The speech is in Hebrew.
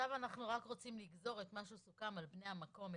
היו בעניין בני המקום,